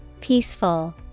peaceful